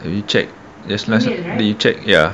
you check just last lah just you check ya